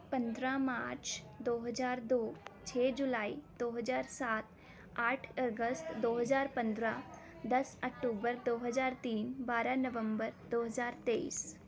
ਪੰਦਰਾਂ ਮਾਰਚ ਦੋ ਹਜ਼ਾਰ ਦੋ ਛੇ ਜੁਲਾਈ ਦੋ ਹਜ਼ਾਰ ਸਾਤ ਆਠ ਅਗਸਤ ਦੋ ਹਜ਼ਾਰ ਪੰਦਰਾਂ ਦਸ ਅਕਟੂਬਰ ਦੋ ਹਜ਼ਾਰ ਤੀਨ ਬਾਰ੍ਹਾਂ ਨਵੰਬਰ ਦੋ ਹਜ਼ਾਰ ਤੇਈਸ